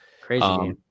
crazy